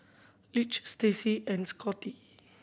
Lige Stacey and Scotty